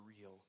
real